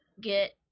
get